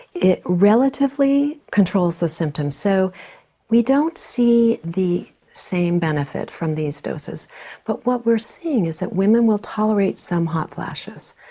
it relatively controls the symptoms, so we don't see the same benefit from these doses but what we're seeing is that women will tolerate some hot flashes,